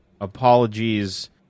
apologies